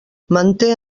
manté